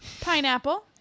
Pineapple